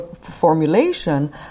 formulation